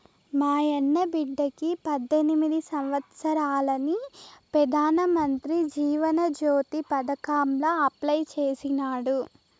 మాయన్న బిడ్డకి పద్దెనిమిది సంవత్సారాలని పెదానమంత్రి జీవన జ్యోతి పదకాంల అప్లై చేసినాడు